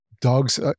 dogs